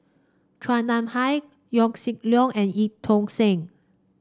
Chua Nam Hai Yaw Shin Leong and Eu Tong Sen